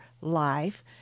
life